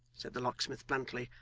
said the locksmith bluntly,